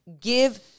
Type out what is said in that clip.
Give